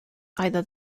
either